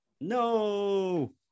No